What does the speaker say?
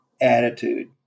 attitude